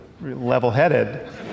level-headed